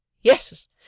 yes